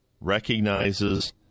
recognizes